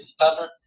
Thunder